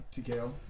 TKO